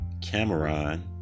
Cameron